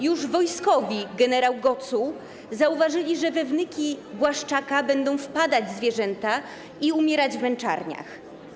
Już wojskowi - gen. Gocuł - zauważyli, że we wnyki Błaszczaka będą wpadać zwierzęta i umierać w męczarniach.